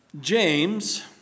James